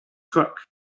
crook